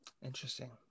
Interesting